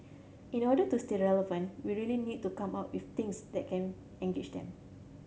in order to stay relevant we really need to come up with things that can engage them